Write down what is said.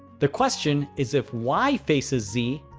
the question is, if y faces z.